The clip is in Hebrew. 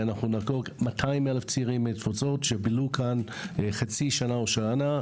ונחגוג 200,000 מהתפוצות שבילו כאן חצי שנה או שנה.